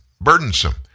burdensome